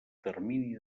termini